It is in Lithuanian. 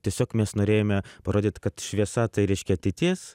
tiesiog mes norėjome parodyt kad šviesa tai reiškia ateitis